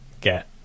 get